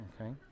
Okay